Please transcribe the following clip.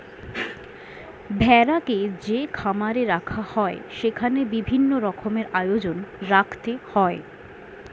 ভেড়াকে যে খামারে রাখা হয় সেখানে বিভিন্ন রকমের আয়োজন রাখতে হয়